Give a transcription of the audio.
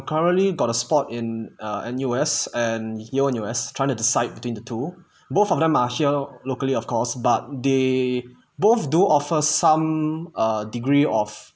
currently got a spot in err N_U_S and yale-N_U_S trying to decide between the two both of them are here locally of course but they both do offer some uh degree of